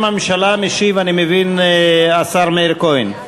אני מבין שבשם הממשלה משיב השר מאיר כהן.